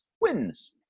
wins